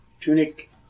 tunic